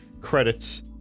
credits